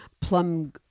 plum